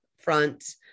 front